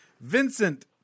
Vincent